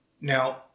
Now